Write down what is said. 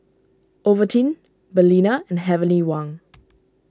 Ovaltine Balina and Heavenly Wang